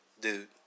Dude